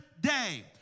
day